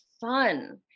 fun